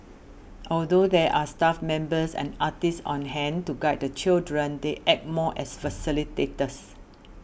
although there are staff members and artists on hand to guide the children they act more as facilitators